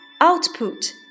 Output